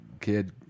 kid